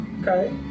Okay